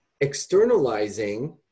externalizing